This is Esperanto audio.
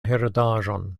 heredaĵon